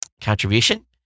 contribution